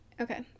Okay